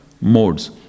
modes